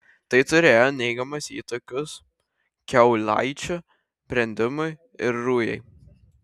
tai turėjo neigiamos įtakos kiaulaičių brendimui ir rujai